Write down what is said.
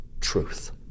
truth